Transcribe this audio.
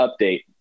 update